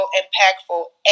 impactful